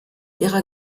ihrer